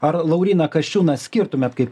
ar lauryną kaščiūną skirtumėt kaip